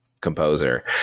composer